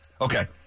Okay